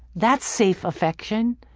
that's safe affection!